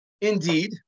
Indeed